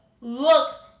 look